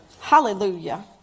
Hallelujah